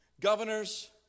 governors